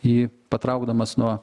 jį patraukdamas nuo